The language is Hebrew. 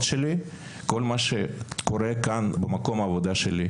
שלי כל מה שקורה כאן במקום העבודה שלי,